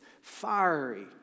fiery